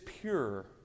pure